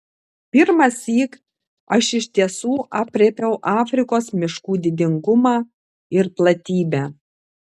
pirmąsyk aš iš tiesų aprėpiau afrikos miškų didingumą ir platybę